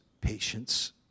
patience